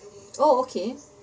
oh okay